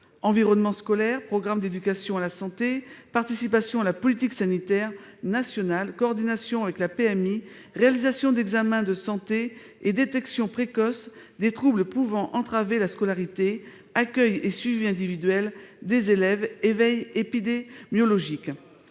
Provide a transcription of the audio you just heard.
environnement scolaire, programme d'éducation à la santé, participation à la politique sanitaire nationale, coordination avec la PMI, réalisation d'examens de santé et détection précoce des troubles pouvant entraver la scolarité, accueil et suivi individuel des élèves, veille épidémiologique.